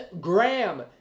Graham